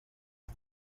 det